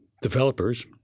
developers